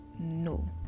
No